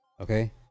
Okay